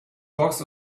box